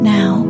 Now